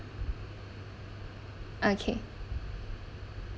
okay